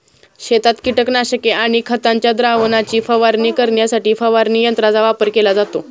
शेतात कीटकनाशके आणि खतांच्या द्रावणाची फवारणी करण्यासाठी फवारणी यंत्रांचा वापर केला जातो